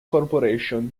corporation